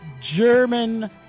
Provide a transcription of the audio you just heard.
German